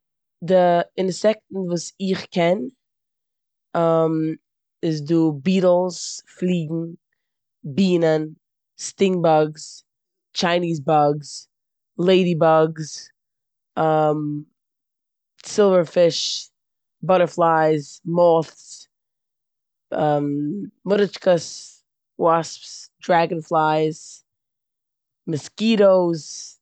די אינסעקטן וואס איך קען איז דא ביטלס, פליגן, בינען, סטינק באגס, טשייניז באגס, לעידי באגס סילווער פיש, באטערפלייס, מאטס, מורישקעס, וואסס, דרעגען פלייס, מוסקיטאס.